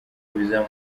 biza